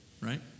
Right